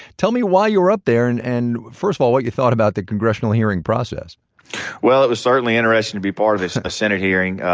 tell me why you were up there and and first of all what you thought about the congressional hearing process well, it was certainly interesting to be part of this senate hearing.